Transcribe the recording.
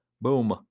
Boom